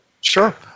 Sure